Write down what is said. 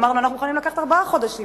אמרנו שאנחנו מוכנים לקחת ארבעה חודשים,